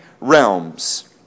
Realms